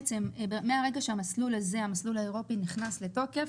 מהרגע שהמסלול הזה, המסלול האירופי נכנס לתוקף,